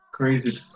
crazy